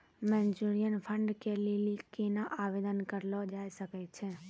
Mutual fund के लेली केना आवेदन करलो जाय सकै छै?